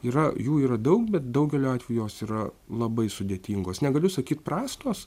yra jų yra daug bet daugeliu atveju jos yra labai sudėtingos negaliu sakyt prastos